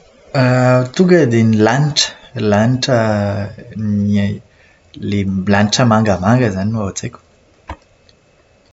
Tonga dia ny lanitra. Lanitra, ilay lanitra mangamanga izany no ao an-tsaiko.